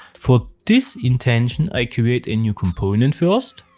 for this intention, i create a new component first.